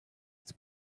its